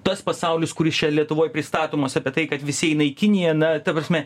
tas pasaulis kuris čia lietuvoj pristatomas apie tai kad visi eina į kiniją na ta prasme